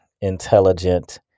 intelligent